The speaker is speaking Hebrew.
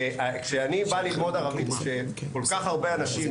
וכשאני בא ללמוד ערבית וכל כך הרבה אנשים